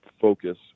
focus